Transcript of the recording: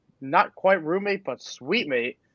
not-quite-roommate-but-sweet-mate